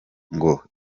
ngo